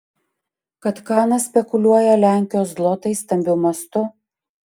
kad kanas spekuliuoja lenkijos zlotais stambiu mastu